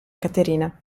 caterina